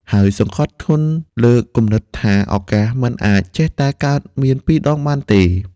ហើយសង្កត់ធ្ងន់លើគំនិតថា ឱកាសមិនអាចចេះតែកើតឡើងពីរដងបានទេ។